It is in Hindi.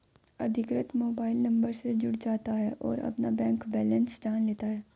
अधिकृत मोबाइल नंबर से जुड़ जाता है और अपना बैंक बेलेंस जान लेता है